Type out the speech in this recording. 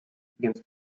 against